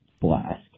blast